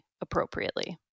appropriately